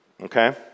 Okay